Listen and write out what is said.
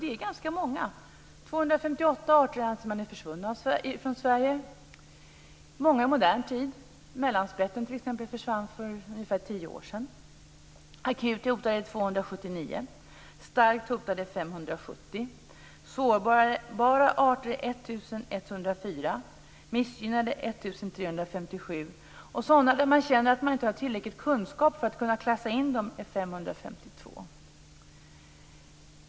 Det är ganska många. 258 arter har försvunnit från Sverige, många i modern tid. Mellanspetten t.ex. försvann för ungefär tio år sedan. Akut hotade är 279, starkt hotade 570, sårbara 1 104, missgynnade 1 357. Sådana som man tycker att man inte har tillräcklig kunskap om för att kunna klassa in dem är 552.